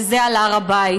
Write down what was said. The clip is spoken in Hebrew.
וזה על הר הבית.